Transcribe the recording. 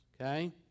okay